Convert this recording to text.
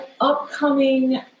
upcoming